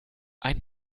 ein